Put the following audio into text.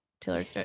taylor